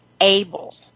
able